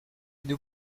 nous